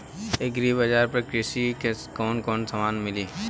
Agri बाजार पर कृषि के कवन कवन समान मिली?